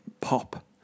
pop